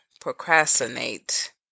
procrastinate